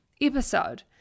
episode